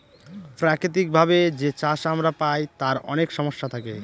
প্রাকৃতিক ভাবে যে চাষ আমরা পায় তার অনেক সমস্যা থাকে